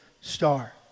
star